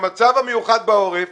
המצב המיוחד בעורף